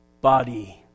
body